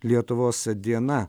lietuvos diena